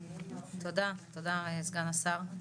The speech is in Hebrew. אוקיי, תודה סגן השר.